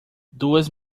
duas